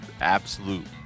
absolute